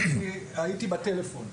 אני הייתי בטלפון.